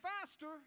faster